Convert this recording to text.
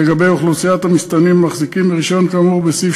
לחוק לגבי אוכלוסיית המסתננים המחזיקים ברישיון כאמור בסעיף